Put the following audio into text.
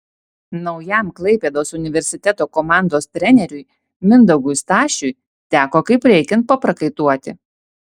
naujam klaipėdos universiteto komandos treneriui mindaugui stašiui teko kaip reikiant paprakaituoti